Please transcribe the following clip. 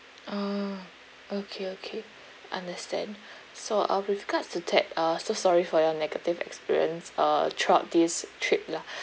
oh okay okay understand so err regards to that uh so sorry for your negative experience uh throughout this trip lah